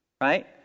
right